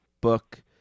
book